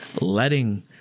letting